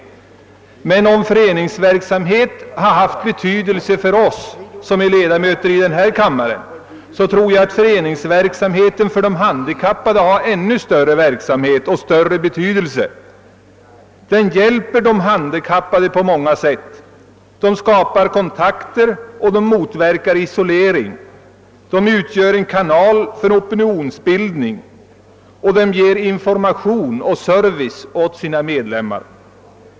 Men om en sådan föreningsverksamhet har betydelse för oss kammarledamöter så tror jag att den har ännu större betydelse för de handikappade. Den hjälper de handikappade på många sätt, skapar kontakter och motverkar isolering. Den utgör en kanal för opinions bildning och ger information och service åt sina medlemmar.